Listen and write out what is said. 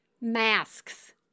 masks